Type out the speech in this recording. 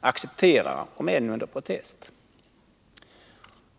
acceptera om än under protest.